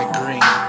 green